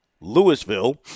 Louisville